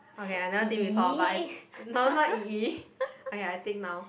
okay I never think before but I no not yi-yi okay I think now